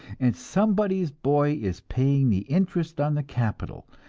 and somebody's boy is paying the interest on the capital,